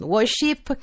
Worship